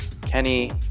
Kenny